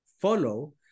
follow